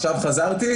עכשיו חזרתי?